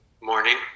morning